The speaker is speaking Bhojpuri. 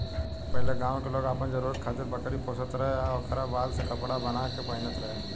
पहिले गांव के लोग आपन जरुरत खातिर बकरी पोसत रहे आ ओकरा बाल से कपड़ा बाना के पहिनत रहे